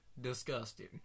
Disgusting